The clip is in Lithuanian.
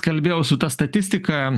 kalbėjau su ta statistika